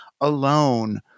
alone